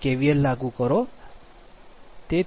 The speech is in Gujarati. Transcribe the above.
4 1